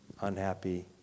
unhappy